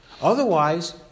Otherwise